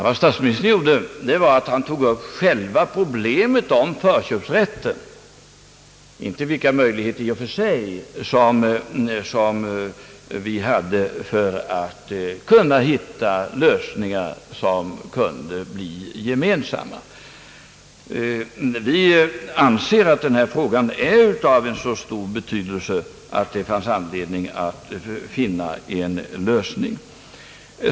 Vad statsministern gjorde var att ta upp själva problemet om förköpsrätten, inte vilka möjligheter i och för sig som vi hade att kunna hitta gemensamma lösningar. Vi anser denna fråga så betydeelsefull, att det var anledning att söka en lösning.